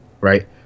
Right